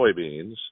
soybeans